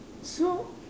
so